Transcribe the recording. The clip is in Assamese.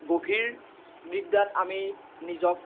গভীৰ নিদ্ৰাত আমি নিজক